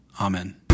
Amen